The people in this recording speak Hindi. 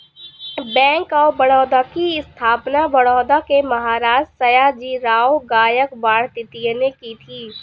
बैंक ऑफ बड़ौदा की स्थापना बड़ौदा के महाराज सयाजीराव गायकवाड तृतीय ने की थी